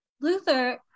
Luther